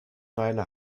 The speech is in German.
weile